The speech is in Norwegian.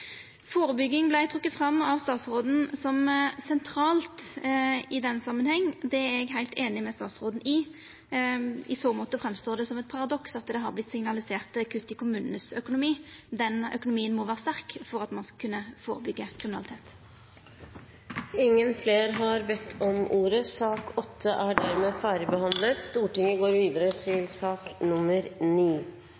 Førebygging vart trekt fram av statsråden som sentralt i den samanhengen. Det er eg heilt einig med statsråden i. I så måte framstår det som eit paradoks at det har vorte signalisert kutt i økonomien til kommunane. Den økonomien må vera sterk for at ein skal kunna førebyggja kriminalitet. Flere har ikke bedt om ordet til sak nr. 8. Ingen har bedt om ordet til